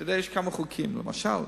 אתה יודע, יש כמה חוקים, למשל,